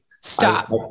Stop